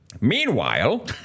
Meanwhile